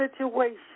situation